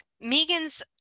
megan's